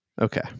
Okay